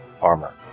armor